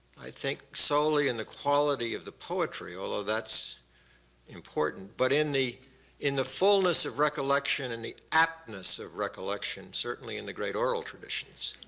i think, solely in the quality of the poetry, although that's important, but in the in the fullness of recollection and the aptness of recollection certainly in the great oral traditions.